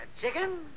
Chicken